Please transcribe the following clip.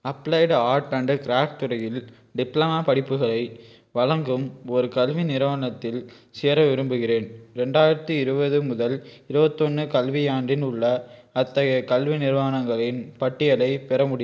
applied arts and craft துறையில் diploma படிப்புகளை வழங்கும் ஒரு கல்வி நிறுவனத்தில் சேர விரும்புகிறேன் ரெண்டாயிரத்து இருபது முதல் இருபத்தி ஒன்று கல்வியாண்டில் உள்ள அத்தகைய கல்வி நிறுவனங்களின் பட்டியலைப் பெற முடியுமா